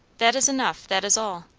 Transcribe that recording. that is enough. that is all.